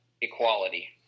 equality